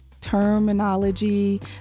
terminology